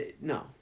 no